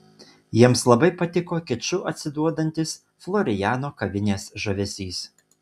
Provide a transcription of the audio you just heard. jiems labai patiko kiču atsiduodantis floriano kavinės žavesys